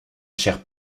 chère